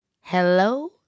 hello